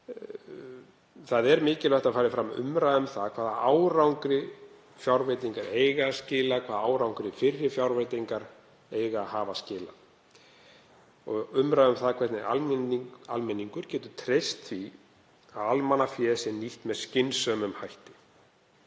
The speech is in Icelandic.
Það er mikilvægt að fram fari umræða um það hvaða árangri fjárveitingar eigi að skila, hvaða árangri fyrri fjárveitingar hafi skilað, umræða um það hvernig almenningur geti treyst því að almannafé sé nýtt með skynsamlegum hætti,